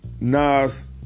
Nas